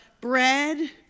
bread